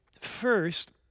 First